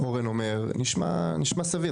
אורן אומר, נשמע, נשמע סביר.